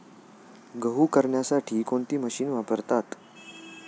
गहू करण्यासाठी कोणती मशीन वापरतात?